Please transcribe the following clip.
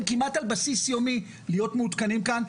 זה חשוב כמעט על בסיס יומי להיות מעודכנים כאן,